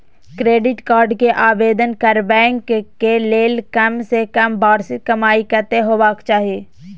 Credit card के आवेदन करबैक के लेल कम से कम वार्षिक कमाई कत्ते होबाक चाही?